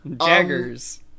jaggers